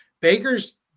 Baker's